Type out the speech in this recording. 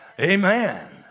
Amen